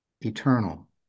eternal